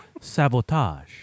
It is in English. sabotage